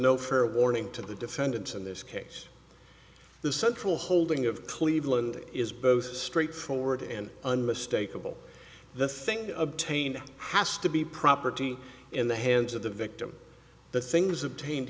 no fair warning to the defendants in this case the central holding of cleveland is both straightforward and unmistakable the thing obtained has to be property in the hands of the victim the things obtained